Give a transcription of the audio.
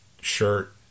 shirt